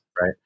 right